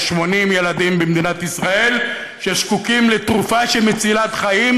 יש 80 ילדים במדינת ישראל שזקוקים לתרופה מצילת חיים,